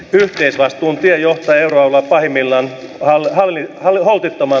yhteisvastuun tie johtaa euroalueella pahimmillaan holtittomaan taloudenpitoon